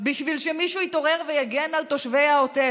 בשביל שמישהו יתעורר ויגן על תושבי העוטף?